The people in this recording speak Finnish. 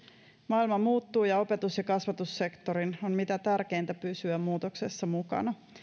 maailma muuttuu ja opetus ja kasvatussektorin on mitä tärkeintä pysyä muutoksessa mukana